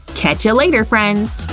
catcha later, friends!